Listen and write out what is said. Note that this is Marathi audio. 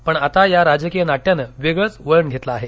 पण आता या राजकीय नाट्याने वेगळच वळण घेतलं आहे